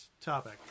topic